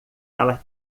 ela